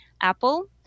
Apple